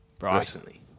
recently